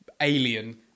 alien